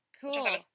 Cool